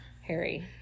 harry